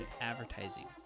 advertising